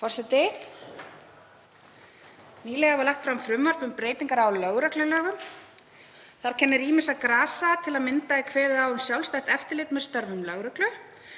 Nýlega var lagt fram frumvarp um breytingar á lögreglulögum. Þar kennir ýmissa grasa, til að mynda er kveðið á um sjálfstætt eftirlit með störfum lögreglu